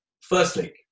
Firstly